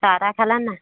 চাহ তাহ খালেনে নাই